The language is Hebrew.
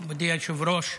מכובדי היושב-ראש,